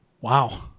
Wow